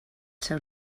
seu